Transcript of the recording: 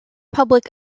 public